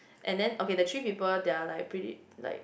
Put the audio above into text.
and then okay the three people they're like pretty like